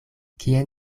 kien